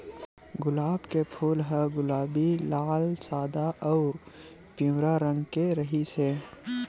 गुलाब के फूल ह गुलाबी, लाल, सादा अउ पिंवरा रंग के रिहिस हे